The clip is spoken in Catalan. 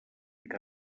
que